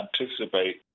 anticipate